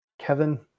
Kevin